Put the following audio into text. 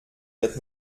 wird